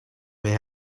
may